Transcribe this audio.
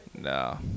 No